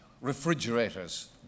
refrigerators